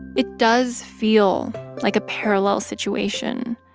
it does feel like a parallel situation.